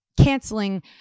canceling